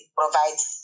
provides